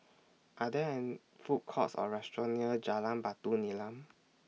Are There An Food Courts Or restaurants near Jalan Batu Nilam